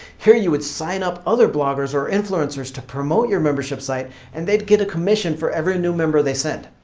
here you would sign up other bloggers or influencers to promote your membership site and they'd get a commission for every new member they send.